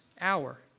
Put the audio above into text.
hour